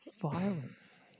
violence